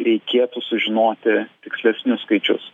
reikėtų sužinoti tikslesnius skaičius